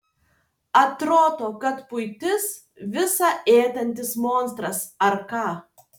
atrodo kad buitis visa ėdantis monstras ar ką